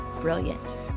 brilliant